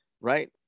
Right